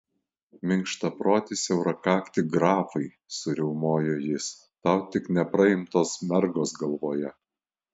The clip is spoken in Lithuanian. minkštaproti siaurakakti grafai suriaumojo jis tau tik nepraimtos mergos galvoje